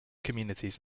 communities